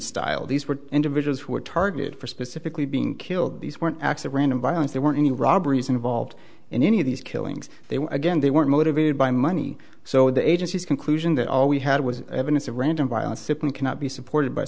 were individuals who were targeted for specifically being killed these weren't acts of random violence there weren't any robberies involved in any of these killings they were again they weren't motivated by money so the agencies conclusion that all we had was evidence of random violence simply cannot be supported by